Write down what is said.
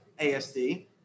ASD